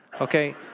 Okay